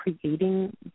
creating